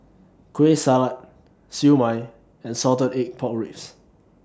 Kueh Salat Siew Mai and Salted Egg Pork Ribs